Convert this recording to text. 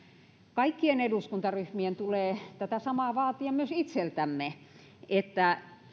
kaikkien eduskuntaryhmien tulee tätä samaa vaatia myös itseltämme niin että